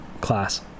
class